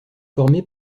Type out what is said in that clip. formé